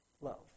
love